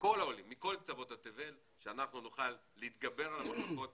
כל העולים מכל קצוות תבל וכי נוכל להתגבר על המחלוקות